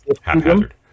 haphazard